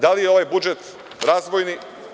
Da li je ovaj budžet razvojni?